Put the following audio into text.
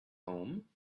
home